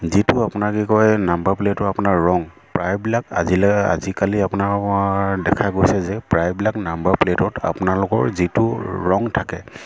যিটো আপোনাক কি কয় নাম্বাৰ প্লেটৰ আপোনাৰ ৰং প্ৰায়বিলাক আজিলৈ আজিকালি আপোনাৰ দেখা গৈছে যে প্ৰায়বিলাক নাম্বাৰ প্লেটত আপোনালোকৰ যিটো ৰং থাকে